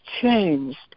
changed